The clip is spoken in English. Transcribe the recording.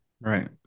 right